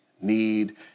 need